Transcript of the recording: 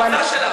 מה המוצא שלך?